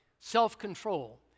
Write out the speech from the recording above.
self-control